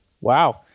Wow